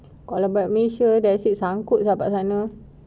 kalau balik malaysia dia asyik sangkut pada sana